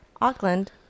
Auckland